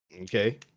Okay